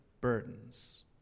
burdens